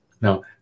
Now